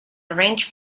arrange